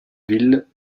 ville